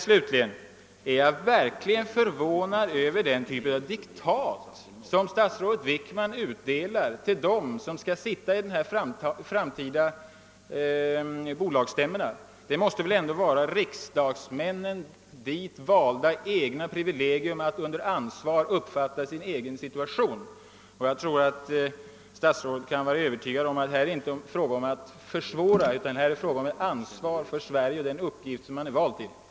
Slutligen är jag verkligen förvånad över den typ av diktat som statsrådet Wickman utdelar till dem som skall sitta i de framtida bolagsstämmorna. Det måste väl ändå vara de därtill valda riksdagsmännens eget privilegium att under ansvar uppfatta sin situation? Jag tror att statsrådet kan vara övertygad om att det här inte är fråga om att försvåra, utan det är fråga om att känna det ansvar för Sverige som man är vald till att ta.